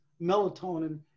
melatonin